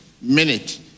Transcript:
minute